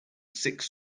six